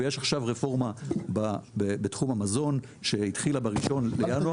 ויש עכשיו רפורמה בתחום המזון שהתחילה ב-1 בינואר